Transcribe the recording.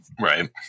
right